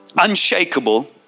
unshakable